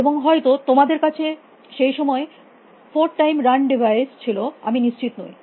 এবং হয়ত তোমাদের কাছে সেই সময়ে ফোর টাইম রান ডিভাইস ছিল আমি নিশ্চিত নই